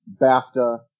BAFTA